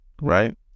Right